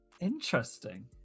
Interesting